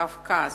מקווקז,